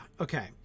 okay